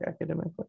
academically